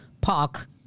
park